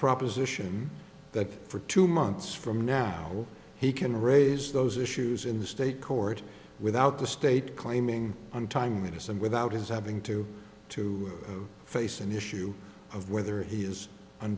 proposition that for two months from now he can raise those issues in the state court without the state claiming on time medicine without his having to to face an issue of whether he is